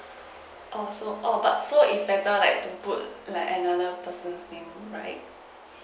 oh so oh so it's better like to put like another person's name right